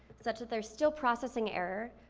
such that they're still processing error,